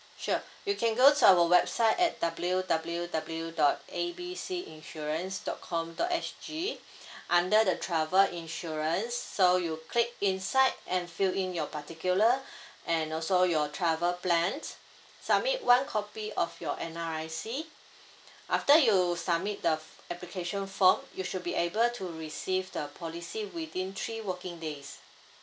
sure you can go to our website at W W W dot A B C insurance dot com dot S G under the travel insurance so you click inside and fill in your particular and also your travel plan submit one copy of your N_R_I_C after you submit the f~ application form you should be able to receive the policy within three working days